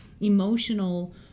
emotional